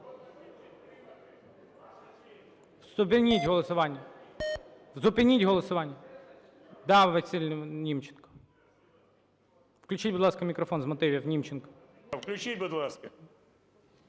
Включіть, будь ласка,